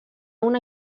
una